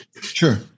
Sure